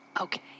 okay